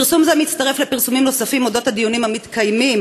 פרסום זה מצטרף לפרסומים נוספים על אודות הדיונים המתקיימים